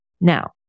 Now